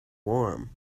warm